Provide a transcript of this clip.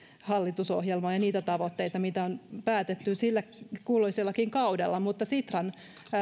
hallitusohjelmaa ja niitä tavoitteita mitä on päätetty sillä kulloisellakin kaudella mutta sitran